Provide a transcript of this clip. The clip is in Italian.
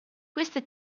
queste